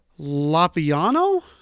lapiano